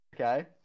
Okay